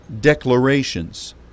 declarations